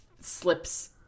slips